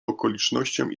okolicznościom